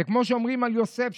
זה כמו שאומרים על יוסף,